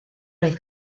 oedd